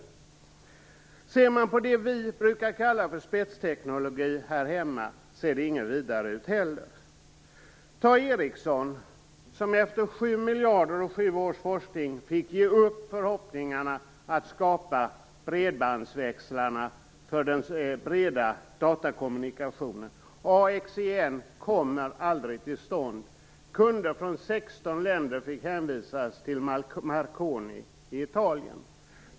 Inte heller för det som vi här hemma brukar kalla spetsteknologi ser det vidare ljust ut. Ta Ericsson! Efter 7 miljarder och sju års forskning fick man ge upp sina förhoppningar om att skapa bredbandsväxlar för den breda datakommunikationen. AXEN kom aldrig till stånd. Kunder från 16 länder fick hänvisas till Marconi i Italien.